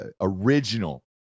original